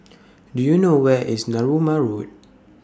Do YOU know Where IS Narooma Road